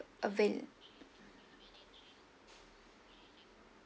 avail~